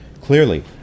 Clearly